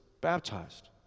baptized